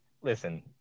Listen—